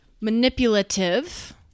manipulative